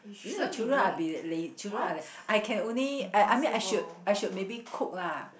you know the children are bit lazy children are like I can only I I mean I should I should maybe cook lah